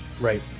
Right